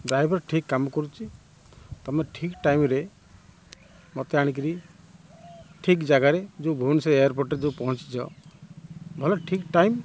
driver ଠିକ୍ କାମ କରୁଛି ତମେ ଠିକ୍ ଟାଇମ୍ରେ ମୋତେ ଆଣିକିରି ଠିକ୍ ଜାଗାରେ ଯେଉଁ ଭୁବନେଶ୍ୱର ଏୟାରପୋର୍ଟ୍ରେ ପହଞ୍ଚିଛ ଭଲ ଠିକ୍ ଟାଇମ୍